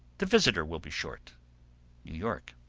the visitor will be short. new york.